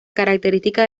características